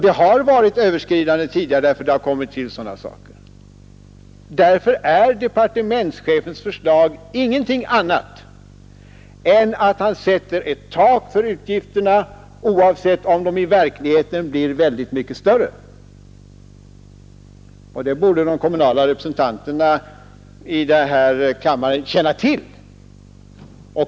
Det har också varit överskridanden tidigare därför att det har tillkommit ytterligare utgifter. Därför innebär departementschefens förslag ingenting annat än att han sätter ett tak för utgifterna, oavsett om de i verkligheten blir mycket större, och det borde de kommunala representanterna i den här kammaren känna till.